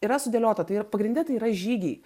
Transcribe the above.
yra sudėliota tai yra pagrinde tai yra žygiai